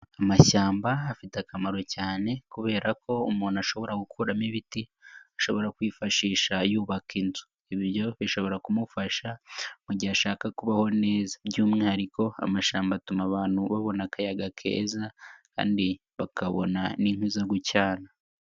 Amashyamba afite akamaro cyane kubera ko umuntu ashobora gukuramo ibiti ashobora kwifashisha yubaka inzu, ibi byo bishobora kumufasha mu gihe ashaka kubaho neza by'umwihariko amashyamba atuma abantu babona akayaga keza kandi bakabona n'inkwi zo gucana.